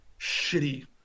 shitty